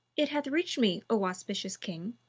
it hath reached me, o auspicious king,